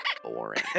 Boring